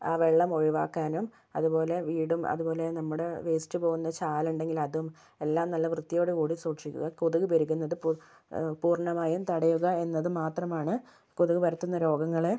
ആ വെള്ളം ഒഴിവാക്കാനും അതുപോലെ വീടും അതുപോലെ നമ്മുടെ വേസ്റ്റ് പോവുന്ന ചാലുണ്ടെങ്കിലതും എല്ലാം നല്ല വൃത്തിയോട് കൂടി സൂക്ഷിക്കണം കൊതുക് പെരുകുന്നത് പൂർ പൂർണ്ണമായും തടയുക എന്നത് മാത്രമാണ് കൊതുക് പരത്തുന്ന രോഗങ്ങളെ